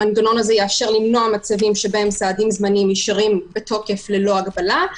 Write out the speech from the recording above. המנגנון הזה יאפשר מצבים שבהם סעדים זמניים נשארים בתוקף ללא הגבלה,